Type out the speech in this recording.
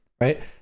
right